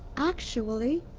actually,